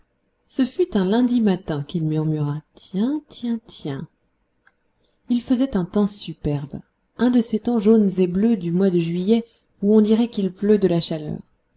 ce fut un lundi matin qu'il murmura tiens tiens tiens il faisait un temps superbe un de ces temps jaunes et bleus du mois de juillet où on dirait qu'il pleut de la chaleur